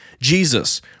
Jesus